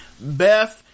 Beth